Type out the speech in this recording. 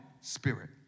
spirit